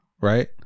right